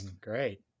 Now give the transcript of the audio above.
Great